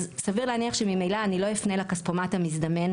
אז סביר להניח שממילא אני לא אפנה לכספומט המזדמן,